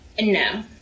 No